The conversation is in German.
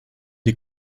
die